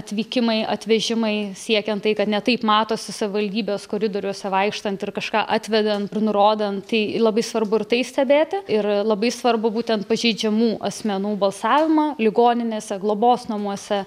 atvykimai atvežimai siekian tai kad ne taip matosi savivaldybės koridoriuose vaikštant ir kažką atvedan ir nurodan tai labai svarbu ir tai stebėti ir labai svarbu būtent pažeidžiamų asmenų balsavimą ligoninėse globos namuose